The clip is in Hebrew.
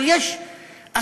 אבל יש אחרים,